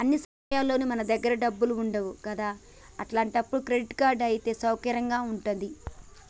అన్ని సమయాల్లోనూ మన దగ్గర డబ్బులు ఉండవు కదా అట్లాంటప్పుడు క్రెడిట్ కార్డ్ అయితే సౌకర్యంగా ఉంటది